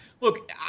Look